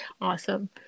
Awesome